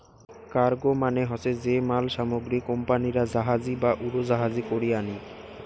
cargo মানে হসে যে মাল সামগ্রী কোম্পানিরা জাহাজী বা উড়োজাহাজী করি আনি